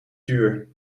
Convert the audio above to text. duur